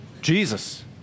Jesus